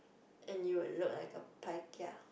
and you will look like a pai kia